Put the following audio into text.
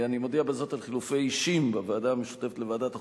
אני מודיע בזאת על חילופי אישים בוועדה המשותפת לוועדת החוקה,